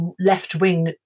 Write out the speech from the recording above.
left-wing